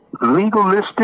legalistic